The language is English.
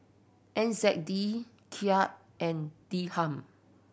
N Z D Kyat and Dirham